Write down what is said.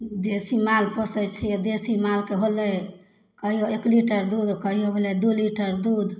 देसी माल पोसै छियै देसी मालके होलै कहियो एक लीटर दूध कहियो भेलै दू लीटर दूध